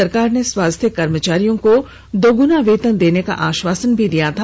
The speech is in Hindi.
सरकार ने स्वास्थ्य कर्मचारियों को दोगुना वेतन देने का आश्वासन भी दिया था